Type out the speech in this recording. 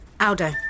Aldo